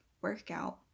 workout